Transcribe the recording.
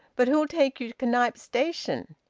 but who'll take you to knype station?